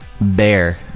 Bear